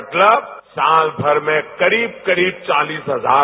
मतलब साल भर में करीब करीब चालीस हजार